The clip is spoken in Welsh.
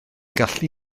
gallu